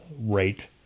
rate